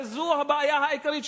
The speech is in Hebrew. הרי זו הבעיה העיקרית,